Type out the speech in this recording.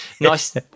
nice